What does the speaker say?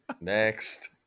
Next